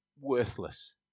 worthless